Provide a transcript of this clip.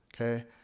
Okay